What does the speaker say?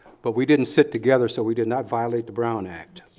but we didn't sit together so we did not violate the brown act,